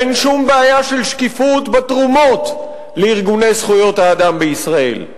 אין שום בעיה של שקיפות בתרומות לארגוני זכויות האדם בישראל.